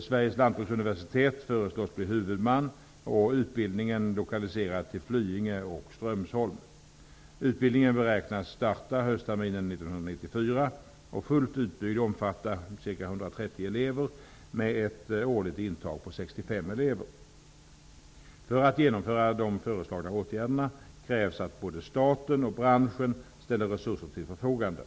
Sveriges lantbruksuniversitet föreslås bli huvudman och utbildningen lokaliserad till För att genomföra de föreslagna åtgärderna krävs att både staten och branschen ställer resurser till förfogande.